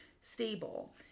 stable